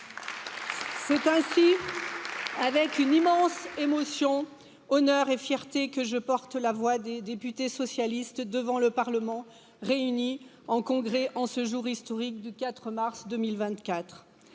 c'est ainsi avec une immense émotion honneur et fierté que je porte la voix des députés socialistes devant le parlement réunis en congrès en ce jour historique du quatre vingt